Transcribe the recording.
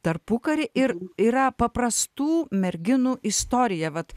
tarpukarį ir yra paprastų merginų istorija vat